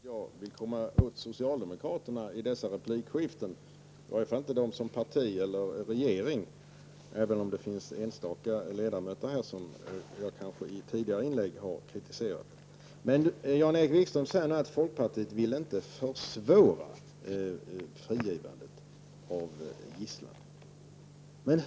Herr talman! Jag förstår inte hur Jan-Erik Wikström kan få det till att jag vill komma åt socialdemokraterna i detta replikskifte. Jag vill varken komma åt det partiet eller regeringen, även om jag kanske tidigare har kritiserat enstaka socialdemokratiska ledamöter. Jan-Erik Wikström säger att folkpartiet inte ville försvåra möjligheterna att få gisslan fri.